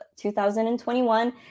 2021